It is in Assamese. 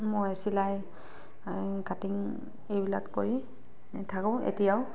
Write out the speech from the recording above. মই চিলাই কাটিং এইবিলাক কৰি থাকো এতিয়াও